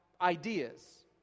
ideas